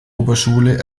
oberschule